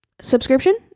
subscription